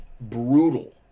brutal